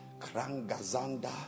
krangazanda